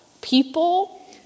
people